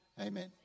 amen